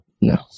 No